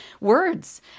words